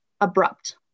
abrupt